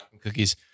cookies